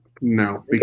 No